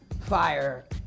fire